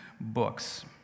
books